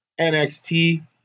NXT